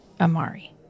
Amari